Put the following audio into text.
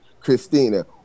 christina